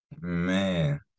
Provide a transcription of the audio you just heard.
Man